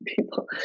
people